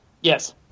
Yes